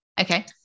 Okay